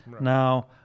Now